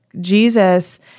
Jesus